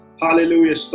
hallelujah